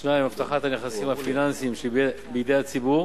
2. הבטחת הנכסים הפיננסיים שבידי הציבור